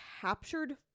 captured